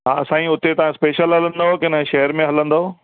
हा साईं उते तव्हां स्पेशल हलंदो कीन शेयर में हलंदो